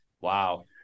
Wow